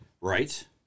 Right